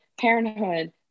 parenthood